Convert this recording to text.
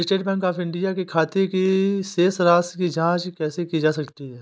State Bank of India के खाते की शेष राशि की जॉंच कैसे की जा सकती है?